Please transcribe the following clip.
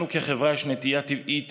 לנו כחברה יש נטייה טבעית